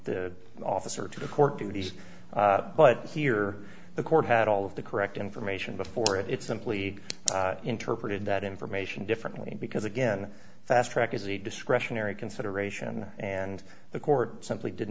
the officer to the court duties but here the court had all of the correct information before it simply interpreted that information differently because again fast track is a discretionary consideration and the court simply did